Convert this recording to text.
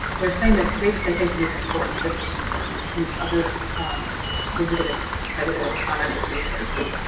and are saying that data citation is important, just as important as any other legitimate citable product of research,